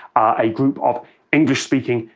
a group of english-speaking,